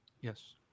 Yes